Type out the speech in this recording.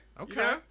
Okay